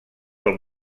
del